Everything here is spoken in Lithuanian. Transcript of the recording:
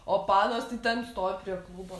o panos tai ten stovi prie klubo